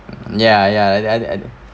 ya ya and and